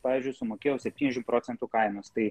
pavyzdžiui sumokėjau septyniasdešim procentų kainos tai